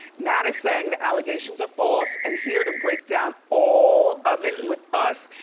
matt is saying the allegations are false, and here to break down all of it with us,